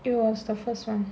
it was the first one